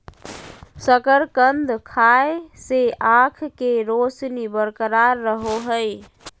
शकरकंद खाय से आंख के रोशनी बरकरार रहो हइ